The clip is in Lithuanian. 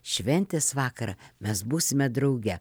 šventės vakarą mes būsime drauge